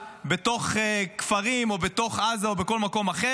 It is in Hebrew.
בתוך כפרים או בתוך עזה או בכל מקום אחר.